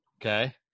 Okay